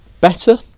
better